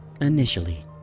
initially